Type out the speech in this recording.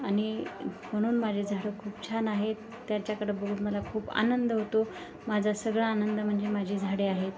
आणि म्हणून माझे झाडं खूप छान आहेत त्याच्याकडं बघूत मला खूप आनंद होतो माझा सगळा आनंद म्हणजे माझे झाडे आहेत